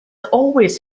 always